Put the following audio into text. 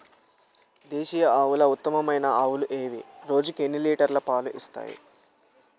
దేశీయ ఆవుల ఉత్తమమైన ఆవులు ఏవి? రోజుకు ఎన్ని లీటర్ల పాలు ఇస్తాయి?